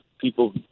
people